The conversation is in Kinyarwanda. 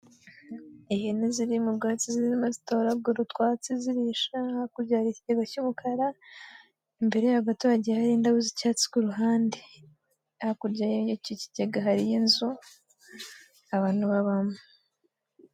Ihene ziri mu bwatsi zirimo zitoragura utwatsi zirisha, hakurya hari ikigega cy'ubukara, imbere yaho gato hagiye hari inda z'icyatsi ku ruhande, hakurya y'icyo kigega hariyo inzu abantu babamo.